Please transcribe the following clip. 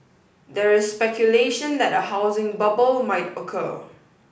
there is speculation that a housing bubble might occur